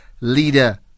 leader